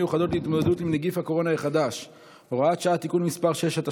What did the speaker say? מיוחדות להתמודדות עם נגיף הקורונה החדש (הוראת שעה) (תיקון מס' 6),